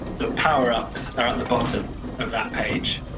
the powerups are at the bottom of that page.